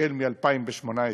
החל מ-2018.